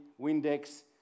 windex